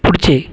पुढचे